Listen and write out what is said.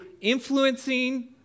influencing